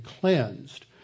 cleansed